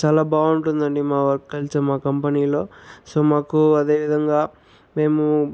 చాలా బాగుంటుంది అండి మా వర్క్ కల్చర్ మా కంపెనీలో సో మాకు అదే విధంగా మేము